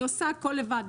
אני עושה את הכול לבד,